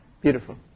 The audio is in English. beautiful